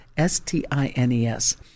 S-T-I-N-E-S